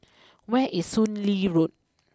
where is Soon Lee Road